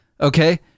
okay